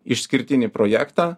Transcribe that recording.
išskirtinį projektą